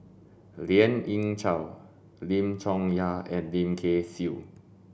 Lien Ying Chow Lim Chong Yah and Lim Kay Siu